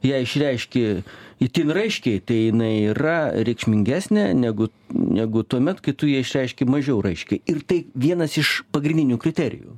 ją išreiški itin raiškiai tai jinai yra reikšmingesnė negu negu tuomet kai tu ją išreiški mažiau raiškiai ir tai vienas iš pagrindinių kriterijų